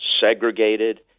segregated